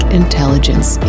intelligence